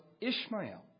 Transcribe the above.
Ishmael